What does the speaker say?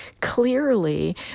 clearly